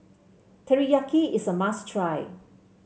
teriyaki is a must try